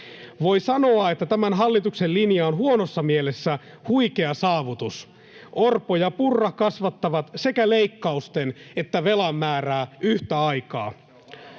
Voi sanoa, että tämän hallituksen linja on huonossa mielessä huikea saavutus: Orpo ja Purra kasvattavat sekä leikkausten että velan määrää yhtä aikaa.